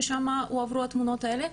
ששם הועברו התמונות האלה,